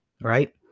right